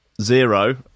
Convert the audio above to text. Zero